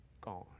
Gone